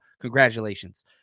Congratulations